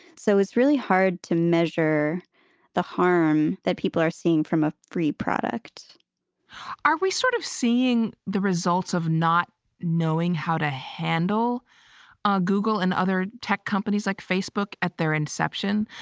so it's really hard to measure the harm that people are seeing from a free product are we sort of seeing the results of not knowing how to handle google and other tech companies like facebook at their inception?